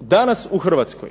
danas u Hrvatskoj